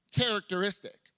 characteristic